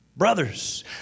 brothers